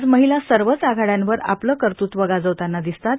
आज महिला सर्वच आघाड्यांवर आपलंकर्त्त्व गाजवताना दिसतात